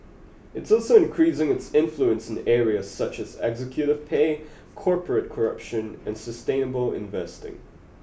it's also increasing its influence in areas such as executive pay corporate corruption and sustainable investing